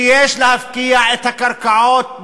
שיש להפקיע את הקרקעות,